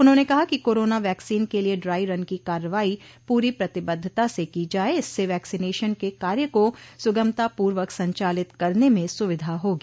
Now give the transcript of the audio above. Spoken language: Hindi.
उन्होंने कहा कि कोरोना वैक्सीन के लिये ड्राई रन की कार्रवाई पूरी प्रतिबद्धता से की जाये इससे वैक्सीनेशन के कार्य को सुगमतापूर्वक संचालित करने में सुविधा होगी